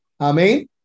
Amen